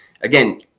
again